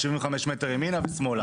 75 מטר ימינה ושמאלה.